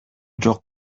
жок